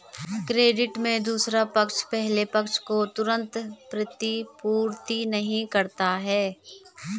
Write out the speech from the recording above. credit में दूसरा पक्ष पहले पक्ष को तुरंत प्रतिपूर्ति नहीं करता है